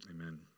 Amen